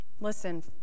Listen